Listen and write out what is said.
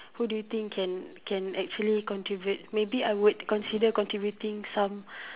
who do you think can can actually contribute maybe I would consider contributing some